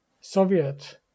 Soviet